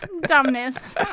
Dumbness